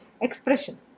expression